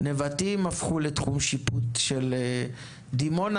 ונבטים הפכו לתחום שיפוט של דימונה,